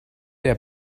der